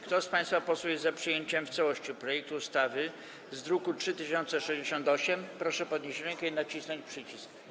Kto z państwa posłów jest za przyjęciem w całości projektu ustawy z druku nr 3068, proszę podnieść rękę i nacisnąć przycisk.